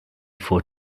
four